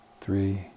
three